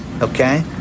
Okay